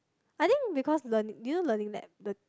I think because learning do you know Learning Lab the